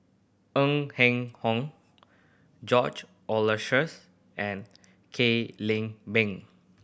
Ng Eng Hen George Oehlers and Kwek Leng Beng